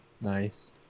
Nice